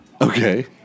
Okay